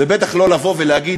ובטח לא להגיד: